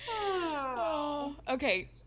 okay